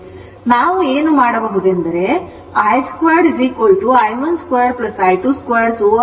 ಆದ್ದರಿಂದ ನಾವು ಏನು ಮಾಡಬಹುದೆಂದರೆ I 2 i1 2 i2 2